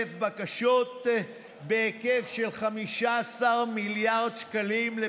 בקשות לפשיטות רגל בהיקף 15 מיליארד שקלים.